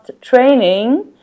training